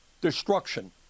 destruction